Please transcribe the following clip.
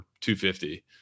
250